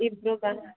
ಇಬ್ಬರು ಬನ್